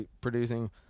producing